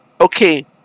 okay